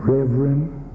Reverend